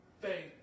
faith